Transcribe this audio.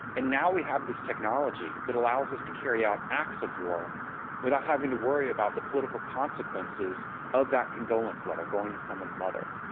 and now we have this technology that allows us to carry out acts of war without having to worry about the political consequences of that condolence letter going to someone's mother.